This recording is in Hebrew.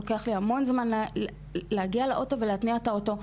לוקח לי המון זמן להגיע לאוטו ולהתניע את האוטו.